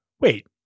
Wait